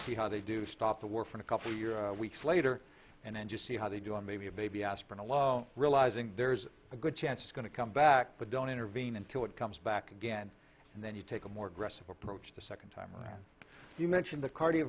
watch how they do stop the war from a couple weeks later and then just see how they do on maybe a baby aspirin alone realizing there's a good chance it's going to come back but don't intervene until it comes back again and then you take a more aggressive approach the second time around you mention the cardio